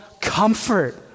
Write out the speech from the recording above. comfort